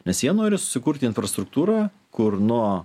nes jie nori sukurti infrastruktūrą kur nuo